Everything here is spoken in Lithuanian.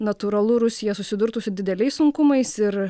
natūralu rusija susidurtų su dideliais sunkumais ir